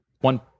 one